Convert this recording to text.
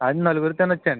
అది నలుగురు తినచ్చండి